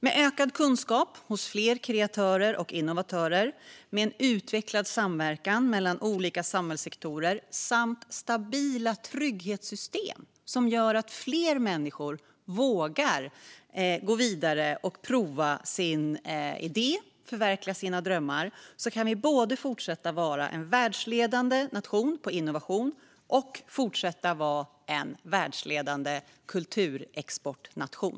Med ökad kunskap hos fler kreatörer och innovatörer, med en utvecklad samverkan mellan olika samhällssektorer samt stabila trygghetssystem som gör att fler människor vågar gå vidare och prova sin idé och förverkliga sina drömmar kan vi både fortsätta att vara en världsledande nation inom innovation och fortsätta att vara en världsledande kulturexportnation.